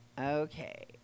Okay